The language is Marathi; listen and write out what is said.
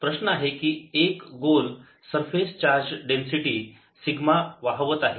तर प्रश्न आहे की एक गोल सरफेस चार्ज डेन्सिटी सिग्मा वाहवत आहे